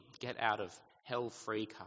get-out-of-hell-free